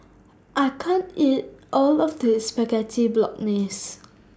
I can't eat All of This Spaghetti Bolognese